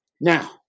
Now